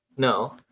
No